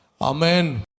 Amen